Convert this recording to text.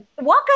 walk